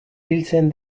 biltzen